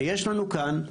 שיש לנו כאן,